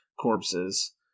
corpses